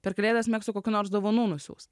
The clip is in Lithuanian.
per kalėdas mėgstu kokių nors dovanų nusiųst